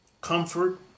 comfort